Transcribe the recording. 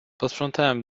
posprzątałem